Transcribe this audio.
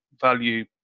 value